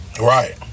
Right